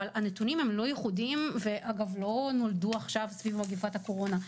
אבל הנתונים הם לא ייחודיים ואגב לא נולדו עכשיו סביב מגפת הקורונה.